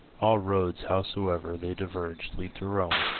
all roads, howsoe'er they diverge, lead to rome,